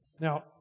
Now